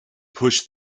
push